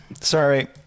Sorry